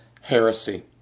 heresy